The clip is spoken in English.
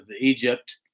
Egypt